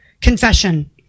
Confession